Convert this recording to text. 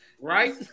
right